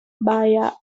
via